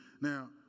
Now